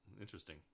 interesting